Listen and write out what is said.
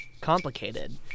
complicated